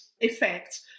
effect